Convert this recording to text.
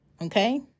Okay